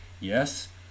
yes